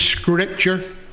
scripture